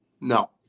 No